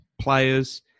players